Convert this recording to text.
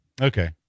Okay